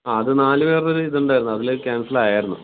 അ അത് നാലു പേരുടെ ഇത് ഉണ്ടായിരുന്നു അതിലെ ക്യാൻസലായാരുന്നു